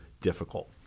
difficult